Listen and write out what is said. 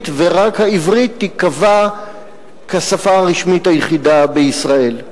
ורק העברית תיקבע כשפה הרשמית היחידה בישראל.